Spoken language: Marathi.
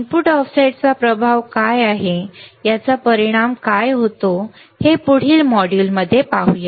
इनपुट ऑफसेट चा प्रभाव काय आहे याचा काय परिणाम होतो हे पुढील मॉड्यूल मध्ये पाहू